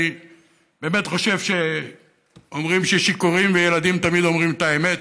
אני באמת חושב שאומרים ששיכורים וילדים תמיד אומרים את האמת,